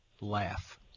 laugh